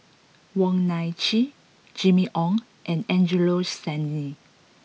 Wong Nai Chin Jimmy Ong and Angelo Sanelli